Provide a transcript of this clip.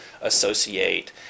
associate